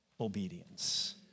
obedience